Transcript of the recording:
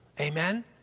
Amen